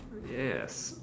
ya have